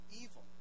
evil